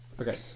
Okay